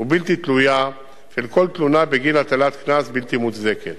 ובלתי תלויה של כל תלונה בגין הטלת קנס בלתי מוצדקת.